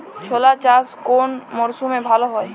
ছোলা চাষ কোন মরশুমে ভালো হয়?